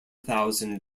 thousand